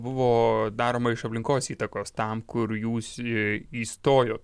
buvo daroma iš aplinkos įtakos tam kur jūs įstojot